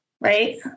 right